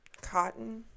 Cotton